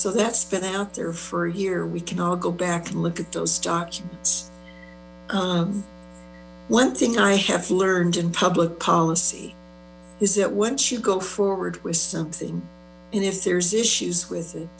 so that's been out there for a year we can all go back and look at those documents one thing i have learned in public policy is that once you go forward with something and if there's issues with